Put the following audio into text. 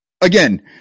Again